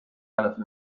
کلافه